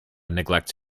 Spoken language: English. neglects